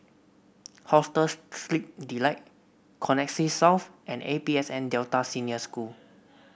Hostels Sleep Delight Connexis South and A P S N Delta Senior School